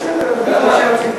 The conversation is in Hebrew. הוא רוצה לנמק בטוח.